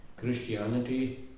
Christianity